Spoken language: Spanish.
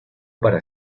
para